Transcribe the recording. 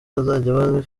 bazajya